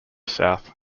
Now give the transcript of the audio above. south